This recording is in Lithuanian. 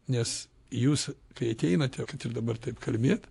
nes jūs kai ateinate ir dabar taip kalbėt